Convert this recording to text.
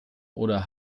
oder